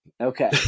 okay